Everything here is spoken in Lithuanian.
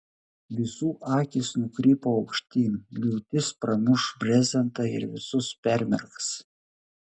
visų akys nukrypo aukštyn liūtis pramuš brezentą ir visus permerks